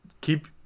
keep